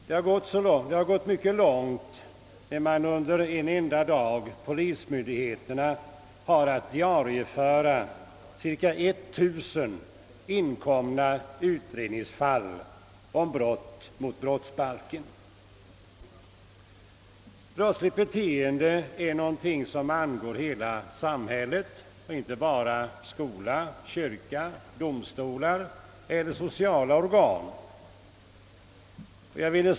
Det har gått mycket långt när under en enda dag polismyndigheterna har att diarieföra cirka 1000 inkomna utredningsfall avseende brott mot brottsbalken. Brottsligt beteende är något som angår hela samhället — inte bara skola. kyrka, domstolar och sociala organ.